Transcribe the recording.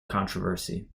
controversy